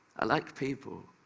i like people.